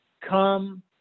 come